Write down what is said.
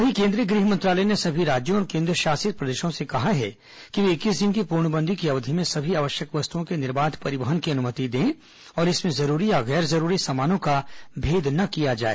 वहीं केंद्रीय गृह मंत्रालय ने सभी राज्यों और केन्द्रशासित प्रदेशों से कहा है कि वे इक्कीस दिन की पूर्णबंदी की अवधि में सभी आवश्यक वस्तुओं के निर्बाध परिवहन की अनुमति दें और इसमें जरूरी या गैर जरूरी सामानों का भेद न किया जाए